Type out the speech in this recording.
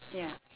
ya